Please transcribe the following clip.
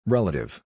Relative